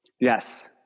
yes